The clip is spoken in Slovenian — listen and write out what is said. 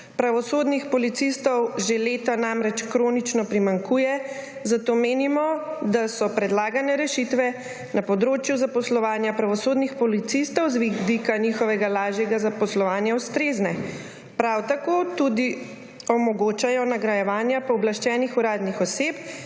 Pravosodnih policistov že leta namreč kronično primanjkuje, zato menimo, da so predlagane rešitve na področju zaposlovanja pravosodnih policistov z vidika njihovega lažjega zaposlovanja ustrezne. Prav tako tudi omogočajo nagrajevanja pooblaščenih uradnih oseb,